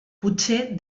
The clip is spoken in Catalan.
potser